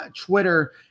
Twitter